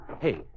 Hey